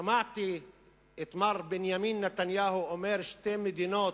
שמעתי את מר בנימין נתניהו אומר "שתי מדינות"